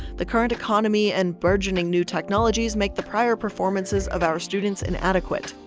the current economy and burgeoning new technologies make the prior performances of our students inadequate.